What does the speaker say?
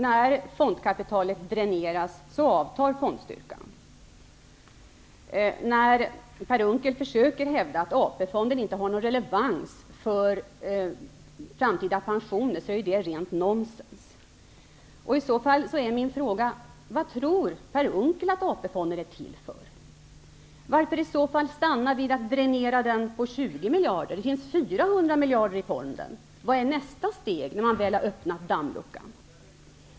När fondkapitalet dräneras så avtar fondstyrkan. När Per Unckel försöker hävda att AP-fonden inte har någon relevans för framtida pensioner är detta rent nonsens. I så fall är min fråga: Vad tror Per Unckel att AP-fonden är till för? Varför stanna vid att dränera den på 20 miljarder? Det finns 400 miljarder i fonden. Vad är nästa steg, när man väl har öppnat dammluckan?